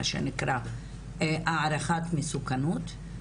מה שנקרא הערכת מסוכנות?